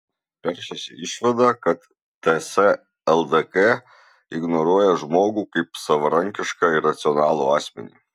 peršasi išvada kad ts ldk ignoruoja žmogų kaip savarankišką ir racionalų asmenį